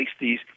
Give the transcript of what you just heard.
60s